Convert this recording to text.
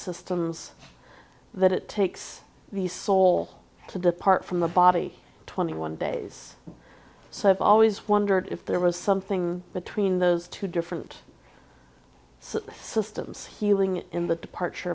systems that it takes the soul to depart from the body twenty one days so i've always wondered if there was something between those two different systems healing in the departure